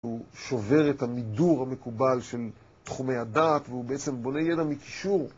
הוא שובר את המידור המקובל של תחומי הדת והוא בעצם בונה ידע מקישור